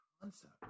concept